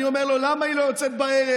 אני אומר לו: למה היא לא יוצאת בערב,